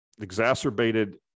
exacerbated